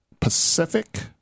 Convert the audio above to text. Pacific